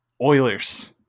oilers